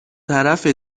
طرف